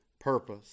purpose